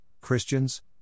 Christians